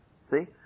See